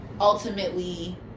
ultimately